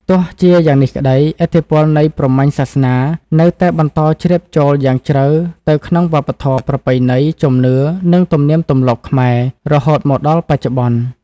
ទោះជាយ៉ាងនេះក្ដី ឥទ្ធិពលនៃព្រហ្មញ្ញសាសនានៅតែបន្តជ្រាបចូលយ៉ាងជ្រៅទៅក្នុង វប្បធម៌ ប្រពៃណី ជំនឿ និងទំនៀមទម្លាប់ខ្មែរ រហូតមកដល់បច្ចុប្បន្ន។